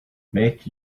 make